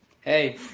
Hey